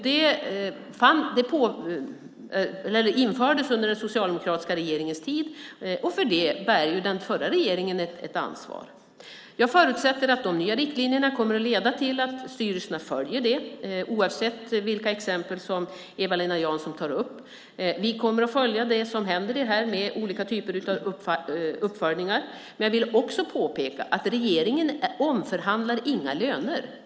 Detta infördes under den förra, socialdemokratiska regeringens tid, och för det bär den förra regeringen ett ansvar. Jag förutsätter att de nya riktlinjerna kommer att leda till att styrelserna följer detta oavsett vilka exempel som Eva-Lena Jansson tar upp. Vi kommer att följa det som händer här med olika typer av uppföljningar. Men jag vill också påpeka att regeringen inte omförhandlar några löner.